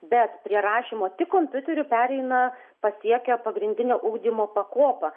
bet prie rašymo tik kompiuteriu pereina pasiekę pagrindinio ugdymo pakopą